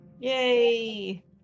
Yay